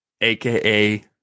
aka